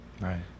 Right